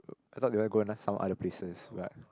I thought they want go some other places but